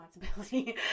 responsibility